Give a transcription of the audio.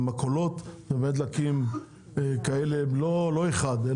המכולות זה באמת להקים כאלה לא אחד,